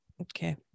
Okay